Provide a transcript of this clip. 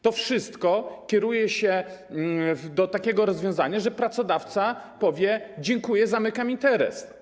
To wszystko kieruje się w stronę takiego rozwiązania, że pracodawca powie: dziękuję, zamykam interes.